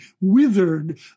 withered